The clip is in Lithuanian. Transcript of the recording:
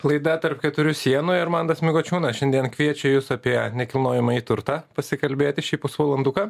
laida tarp keturių sienų ir mantas mikočiūnas šiandien kviečia jus apie nekilnojamąjį turtą pasikalbėti šį pusvalanduką